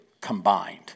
combined